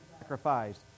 sacrificed